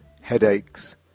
Headaches